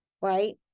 right